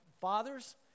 fathers